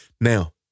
Now